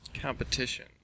Competition